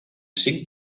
cinc